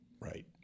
Right